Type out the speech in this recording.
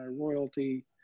royalty